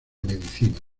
medicina